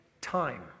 time